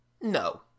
No